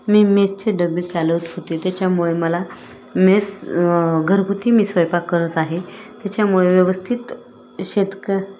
मी मेसचे डबे चालवत होते त्याच्यामुळे मला मेस घरगुती मी स्वयंपाक करत आहे त्याच्यामुळे व्यवस्थित शेतकं